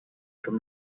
from